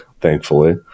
thankfully